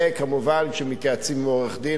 וכמובן שמתייעצים עם עורך-דין,